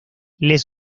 les